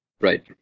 Right